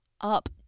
up